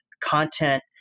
content